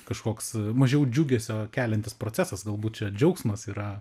kažkoks mažiau džiugesio keliantis procesas galbūt čia džiaugsmas yra